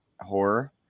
horror